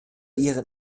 ihren